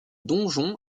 donjon